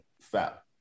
fat